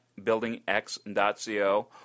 buildingx.co